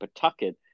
Pawtucket